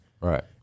Right